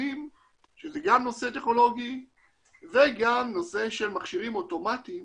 סרטונים שזה גם נושא טכנולוגי וגם נושא של מכשירים אוטומטיים